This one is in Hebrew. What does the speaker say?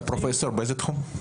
אתה פרופסור באיזה תחום?